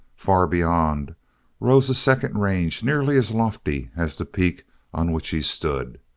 far beyond rose a second range nearly as lofty as the peak on which he stood,